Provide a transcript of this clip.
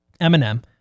Eminem